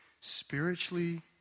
spiritually